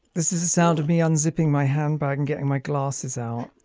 this is the sound of me unzipping my handbag and getting my glasses out.